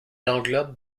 englobe